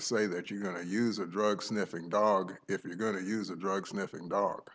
say that you're going to use a drug sniffing dog if you're going to use a drug sniffing dog